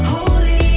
Holy